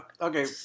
Okay